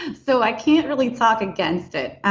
and so i can't really talk against it.